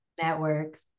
networks